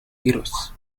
heroes